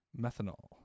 Methanol